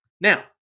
Now